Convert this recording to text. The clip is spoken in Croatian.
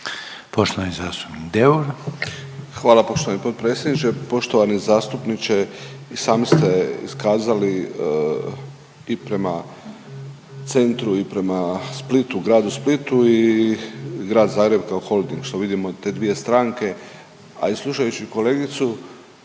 **Deur, Ante (HDZ)** Hvala poštovani potpredsjedniče. Poštovani zastupniče i sami ste iskazali i prema Centru i prema Splitu, gradu Splitu i grad Zagreb kao Holding što vidimo te dvije stranke, ali slušajući kolegicu